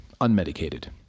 unmedicated